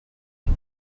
die